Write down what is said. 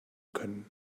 können